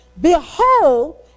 Behold